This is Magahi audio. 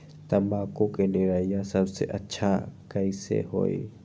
तम्बाकू के निरैया सबसे अच्छा कई से होई?